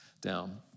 down